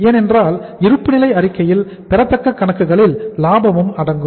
ஏனென்றால் இருப்புநிலை அறிக்கையில் பெறத்தக்க கணக்குகளில் லாபமும் அடங்கும்